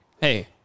Hey